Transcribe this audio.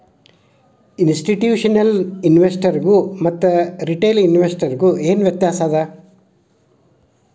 ಇನ್ಸ್ಟಿಟ್ಯೂಷ್ನಲಿನ್ವೆಸ್ಟರ್ಸ್ಗು ಮತ್ತ ರಿಟೇಲ್ ಇನ್ವೆಸ್ಟರ್ಸ್ಗು ಏನ್ ವ್ಯತ್ಯಾಸದ?